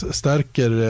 stärker